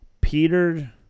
Peter